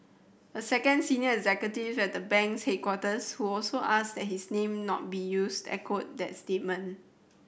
a second senior executive at the bank's headquarters who also asked his name not be used echoed that sentiment